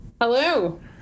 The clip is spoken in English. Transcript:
Hello